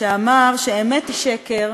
שאמר שאמת היא שקר,